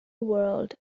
world